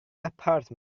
apartment